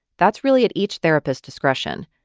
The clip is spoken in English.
that's really at each therapist's discretion.